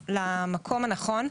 יגיעו למקום הנכון.